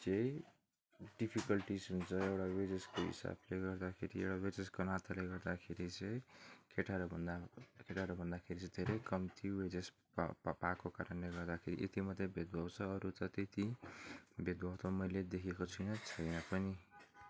चाहिँ डिफिकल्टिस हुन्छ एउटा वेजेसको हिसाबले गर्दाखेरि एउटा वेजेसको नाताले गर्दाखेरि चाहिँ केटाहरू भन्दा केटाहरू भन्दाखेरि चाहिँ धेरै कम्ती वेजेस पाएको कारणले गर्दाखेरि यति मात्रै भेदभाव छ अरू त त्यति भेदभाव त मैले देखेको छुइनँ छैन पनि